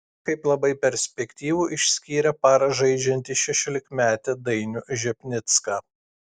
kaip labai perspektyvų išskyrė par žaidžiantį šešiolikmetį dainių žepnicką